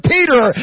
Peter